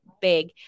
big